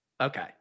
Okay